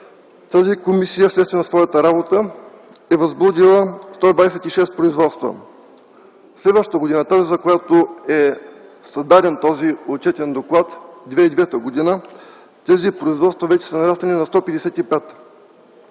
тази комисия, следствие на своята работа, възбудила 126 производства. Следващата година – тази, за която е създаден този отчетен доклад – 2009 г., тези производства вече са нараснали на 155.